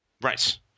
Right